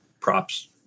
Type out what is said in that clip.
props